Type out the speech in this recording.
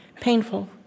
painful